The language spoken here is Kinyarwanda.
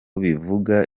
bivuga